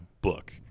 book